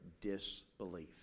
disbelief